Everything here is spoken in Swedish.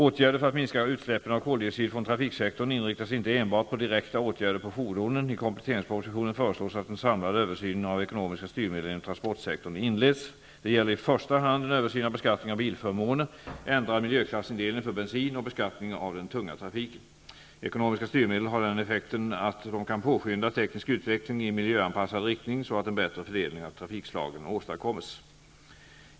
Åtgärder för att minska utsläppen av koldioxid från trafiksektorn inriktar sig inte enbart på direkta åtgärder avseende fordonen. I kompletteringspropositionen föreslås att en samlad översyn av ekonomiska styrmedel inom transportsektorn inleds. Det gäller i första hand en översyn av beskattningen av bilförmåner, ändrad miljöklassindelning för bensin och beskattning av den tunga trafiken. Ekonomiska styrmedel har den effekten att de kan påskynda teknisk utveckling i miljöanpassad riktning så att en bättre fördelning av trafikslagen åstadkommes.